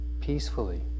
peacefully